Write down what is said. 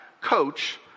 coach